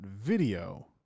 video